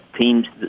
teams